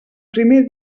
primer